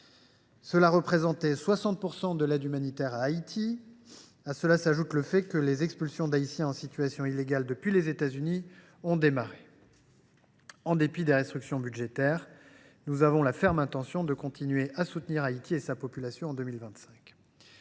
représentait 60 % de l’aide humanitaire reçue par Haïti. À cela s’ajoute le fait que les expulsions d’Haïtiens en situation illégale depuis les États Unis ont commencé. Pour notre part, en dépit des restrictions budgétaires, nous avons la ferme intention de continuer à soutenir Haïti et sa population en 2025.